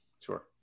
Sure